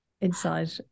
inside